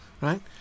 right